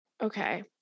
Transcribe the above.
Okay